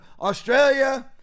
Australia